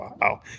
wow